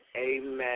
amen